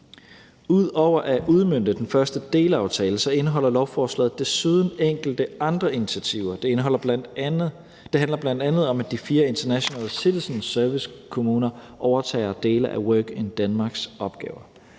Ud over at udmønte den første delaftale indeholder lovforslaget desuden enkelte andre initiativer, der bl.a. handler om, at de fire International Citizen Service-kommuner overtager dele af Workindenmarks opgaver.